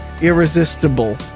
irresistible